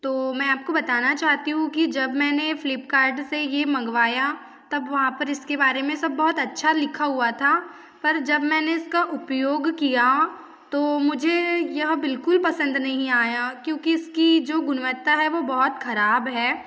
तो मैं आपको बताना चाहती हूँ कि जब मैंने फ्लिपकार्ट से ये मंगवाया तब वहाँ पर इसके बारे में सब बहुत अच्छा लिखा हुआ था पर जब मैंने इसका उपयोग किया तो मुझे यह बिल्कुल पसंद नहीं आया क्योंकि इसकी जो गुणवत्ता है वो बहुत खराब है